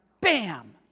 bam